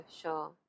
sure